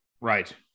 Right